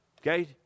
Okay